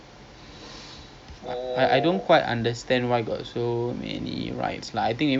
ya I think it's okay ten token worth it one hour seh one hour we can it's a very long time lah not bad seh